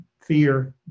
fear